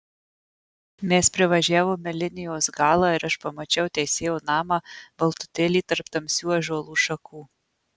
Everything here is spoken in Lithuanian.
mes privažiavome linijos galą ir aš pamačiau teisėjo namą baltutėlį tarp tamsių ąžuolų šakų